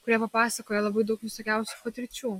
kurie papasakoja labai daug visokiausių patirčių